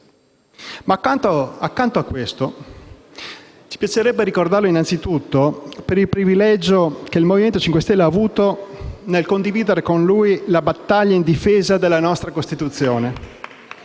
Ma accanto a questo, ci piacerebbe ricordarlo innanzitutto per il privilegio che il Movimento 5 Stelle ha avuto nel condividere con lui la battaglia in difesa della nostra Costituzione,